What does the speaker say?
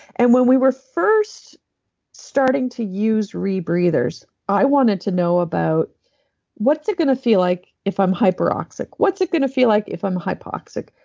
and when we were first starting to use rebreathers, i wanted to know about what's it going to feel like if i'm hyperoxic? what's it going to feel like if i'm hypoxic?